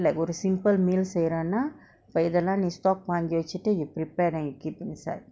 like ஒரு:oru simple meal செய்ரண்னா இப்ப இதலா நீ:seiranna ippa ithala nee stock வாங்கி வச்சிட்டு:vaangi vachitu you prepare then you keep inside